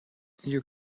you